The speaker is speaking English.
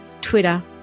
Twitter